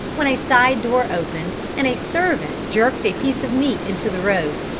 when a side-door opened, and a servant jerked a piece of meat into the road.